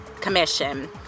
commission